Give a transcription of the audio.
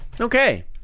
Okay